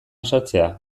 sartzea